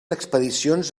expedicions